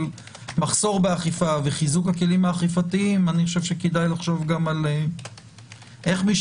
מחסור באכיפה וחיזוק הכלים האכיפתיים גם על האופן בו